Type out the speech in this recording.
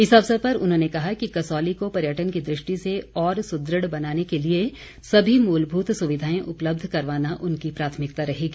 इस अवसर पर उन्होंने कहा कि कसौली को पर्यटन की दृष्टि से और सुदृढ़ बनाने के लिए सभी मूलभूत सुविधाएं उपलब्ध करवाना उनकी प्राथमिकता रहेगी